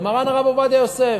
למרן הרב עובדיה יוסף.